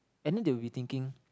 and need to rethinking